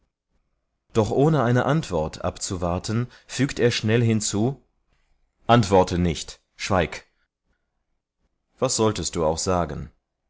da er keine antwort erhält fügt er schnell hinzu antworte nicht schweige was kannst du auch sagen